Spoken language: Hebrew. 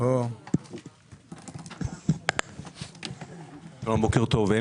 בוקר טוב.